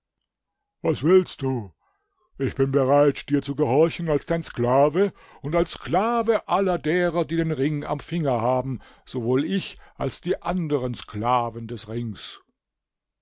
was willst du sagte der geist ich bin bereit dir zu gehorchen als dein sklave und als sklave aller derer die den ring am finger haben sowohl ich als die anderen sklaven des ringes